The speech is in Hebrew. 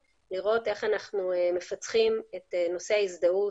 כדי לראות איך אנחנו מפצחים את נושא ההזדהות